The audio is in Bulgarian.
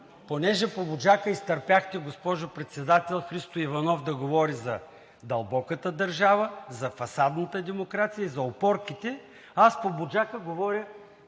Понеже по „Буджака“ изтърпяхте, госпожо Председател, Христо Иванов да говори за дълбоката държава, за фасадната демокрация и за опорките, аз по „Буджака“ говоря